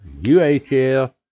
UHF